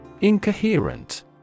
Incoherent